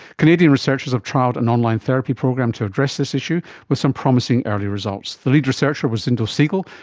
canadian researchers have trialled an online therapy program to address this issue with some promising early results. the lead researcher was zindel segal,